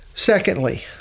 Secondly